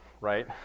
right